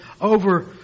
over